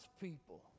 people